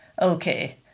Okay